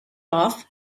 off